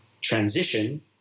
transition